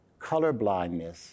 colorblindness